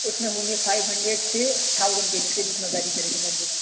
اُس میں ہوں گے فائیو ہنڈریڈ سے تھاؤزنڈ پیجز کے بیچ میں نوٹ بکس